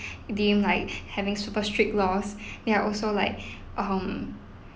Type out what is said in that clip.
deemed like having super strict laws they're also like uh hmm